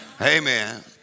amen